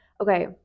Okay